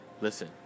Listen